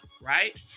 Right